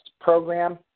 program